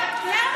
למה שנייה?